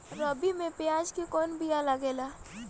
रबी में प्याज के कौन बीया लागेला?